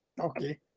Okay